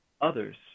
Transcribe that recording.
others